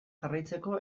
jarraitzeko